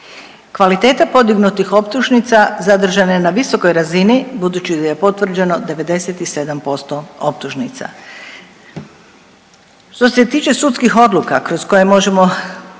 Kvaliteta podignutih optužnica zadržana je na visokoj razini budući da je potvrđeno 97% optužnica. Što se tiče sudskih odluka kroz koje možemo